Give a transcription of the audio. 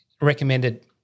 recommended